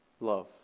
love